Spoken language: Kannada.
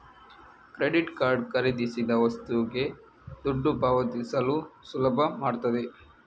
ಕ್ರೆಡಿಟ್ ಕಾರ್ಡ್ ಖರೀದಿಸಿದ ವಸ್ತುಗೆ ದುಡ್ಡು ಪಾವತಿಸಲು ಸುಲಭ ಮಾಡ್ತದೆ